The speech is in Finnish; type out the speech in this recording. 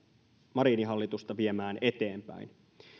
marinin hallitusta viemään eteenpäin